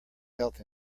health